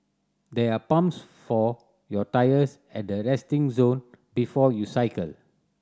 there are pumps for your tyres at the resting zone before you cycle